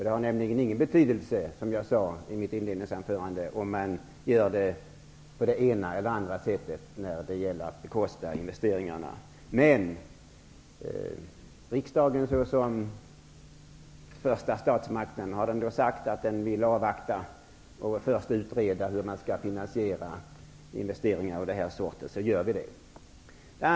Det har nämligen ingen betydelse, som jag sade i mitt inledningsanförande, om man gör på det ena eller på det andra sättet när det gäller att bekosta investeringarna. Men om riksdagen såsom första statsmakt har sagt att den vill avvakta och först utreda hur man skall finansiera investeringar av denna sort så gör man det.